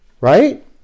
right